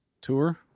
tour